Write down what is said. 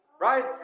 Right